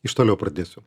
iš toliau pradėsiu